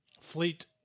fleet